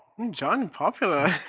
john, popular?